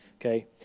okay